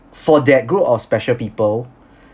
for that group of special people